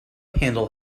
handle